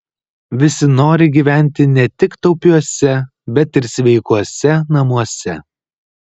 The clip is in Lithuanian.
visi nori gyventi ne tik taupiuose bet ir sveikuose namuose